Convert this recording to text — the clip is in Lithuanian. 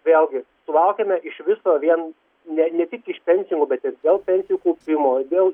vėlgi sulaukiame iš viso vien ne ne tik iš pensininkų bet ir dėl pensijų kaupimo dėl